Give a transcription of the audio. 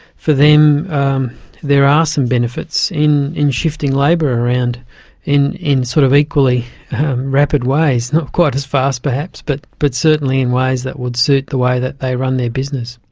for them there are some benefits in in shifting labour around in in sort of equally rapid ways, not quite as fast perhaps but but certainly in ways that would suit the way that they run their business.